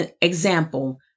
example